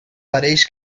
pareix